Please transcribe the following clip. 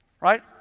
Right